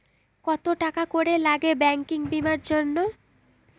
কত টাকা করে লাগে ব্যাঙ্কিং বিমার জন্য?